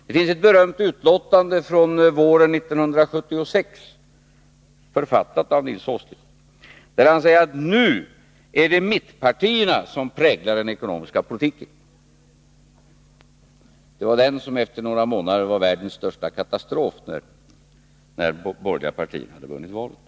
Det finns ett berömt betänkande från våren 1976, författat av Nils Åsling, där han säger att det nu är mittenpartierna som präglar den ekonomiska politiken. Det var den som var världens största katastrof efter några månader, när de borgerliga partierna hade vunnit valet.